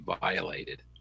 violated